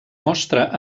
mostra